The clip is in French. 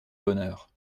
bonheur